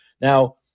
now